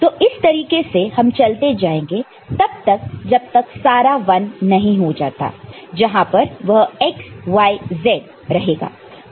तो इस तरीके से हम चलते जाएंगे तब तक जब तक सारा 1 नहीं हो जाता जहां पर वह x y z रहेगा